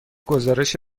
گزارش